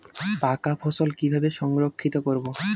পাকা ফসল কিভাবে সংরক্ষিত করব?